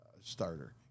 starter